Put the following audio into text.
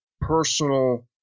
personal